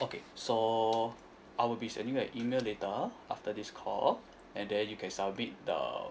okay so I will be sending you an email later after this call and then you can submit the